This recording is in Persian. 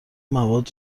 مواد